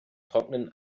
trocknen